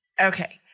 Okay